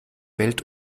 welt